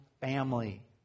family